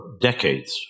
decades